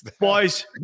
Boys